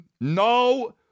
no